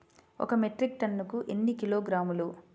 ఒక మెట్రిక్ టన్నుకు ఎన్ని కిలోగ్రాములు?